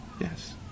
Yes